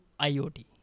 IOT